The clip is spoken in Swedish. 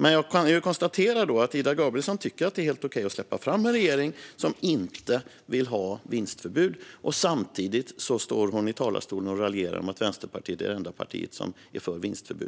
Jag konstaterar att Ida Gabrielsson tycker att det är helt okej att släppa fram en regering som inte vill ha vinstförbud. Ändå står hon i talarstolen och raljerar om att Vänsterpartiet är det enda parti som är för vinstförbud.